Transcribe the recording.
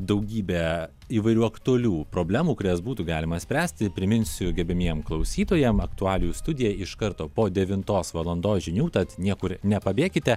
daugybę įvairių aktualių problemų kurias būtų galima spręsti priminsiu gerbiamiem klausytojam aktualijų studija iš karto po devintos valandos žinių tad niekur nepabėkite